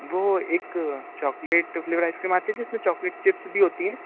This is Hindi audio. वो एक चॉकलेट फ़्लेवर आइसक्रीम आती जिसमें चॉकलेट चिप्स भी होती हैं